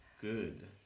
Good